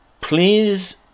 Please